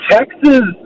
Texas